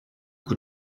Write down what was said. coup